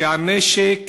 שהנשק